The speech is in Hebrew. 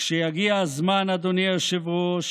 כשיגיע הזמן, אדוני היושב-ראש,